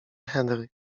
henry